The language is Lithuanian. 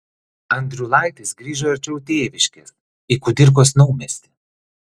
andriulaitis grįžo arčiau tėviškės į kudirkos naumiestį